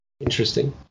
Interesting